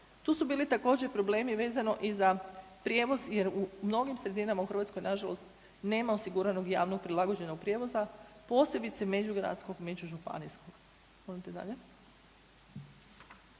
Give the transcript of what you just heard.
Tu su bili također i problemi vezano i za prijevoz jer u mnogim sredinama u Hrvatskoj nažalost nema osiguranog javnog prilagođenog prijevoza, posebice međugradskog i međužupanijskog.